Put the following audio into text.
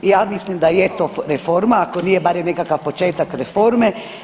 Ja mislim da je to reforma, ako nije, bar je nekakav početak reforme.